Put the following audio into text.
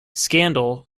scandal